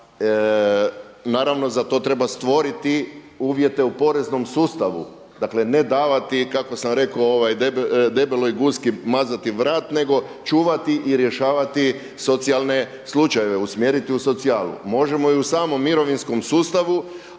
Naravno za to treba stvoriti uvjete u poreznom sustavu, dakle ne davati kako sam rekao debeloj guski mazati vrat nego čuvati i rješavati socijalne slučajeve, usmjeriti u socijalu. Možemo i u samom mirovinskom sustavu